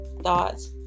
thoughts